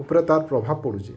ଉପ୍ରେ ତାର୍ ପ୍ରଭାବ ପଡ଼ୁଛି